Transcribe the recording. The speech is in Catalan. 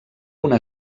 una